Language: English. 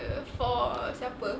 for supper